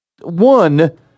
one